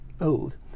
old